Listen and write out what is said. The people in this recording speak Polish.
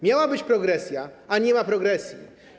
Miała być progresja, a nie ma progresji.